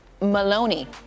Maloney